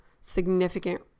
significant